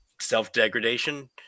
self-degradation